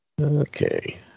Okay